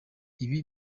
ibi